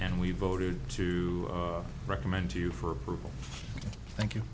and we voted to recommend to you for approval thank you